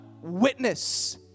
witness